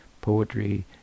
poetry